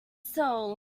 soul